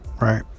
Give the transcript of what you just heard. Right